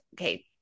okay